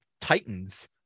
Titans